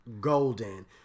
golden